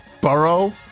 Burrow